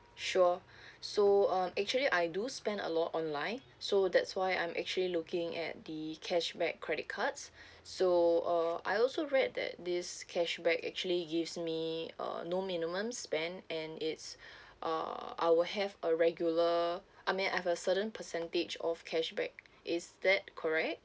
sure so uh actually I do spend a lot online so that's why I'm actually looking at the cashback credit cards so uh I also read that this cashback actually gives me uh no minimum spend and it's uh I will have a regular I mean I've a certain percentage of cashback is that correct